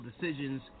decisions